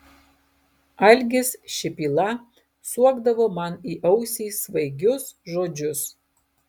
algis šipyla suokdavo man į ausį svaigius žodžius